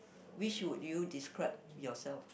which would you describe yourself